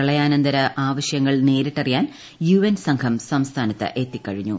പ്രളയാന്മന്ത്ര ആവശ്യങ്ങൾ നേരിട്ടറിയാൻ U N സംഘം സംസ്ഥാനത്ത് എത്തിക്കഴിഞ്ഞു